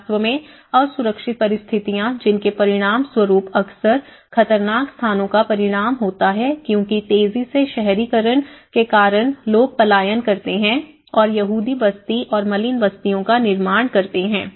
वास्तव में असुरक्षित परिस्थितियां जिनके परिणामस्वरूप अक्सर खतरनाक स्थानों का परिणाम होता है क्योंकि तेजी से शहरीकरण के कारण लोग पलायन करते हैं और यहूदी बस्ती और मलिन बस्तियों का निर्माण करते हैं